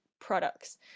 products